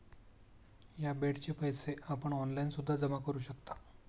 या बेडचे पैसे आपण ऑनलाईन सुद्धा जमा करू शकता